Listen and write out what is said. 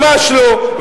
ממש לא.